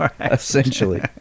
essentially